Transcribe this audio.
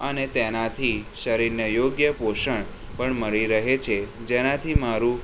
અને તેનાથી શરીરને યોગ્ય પોષણ પણ મળી રહે છે જેનાથી મારું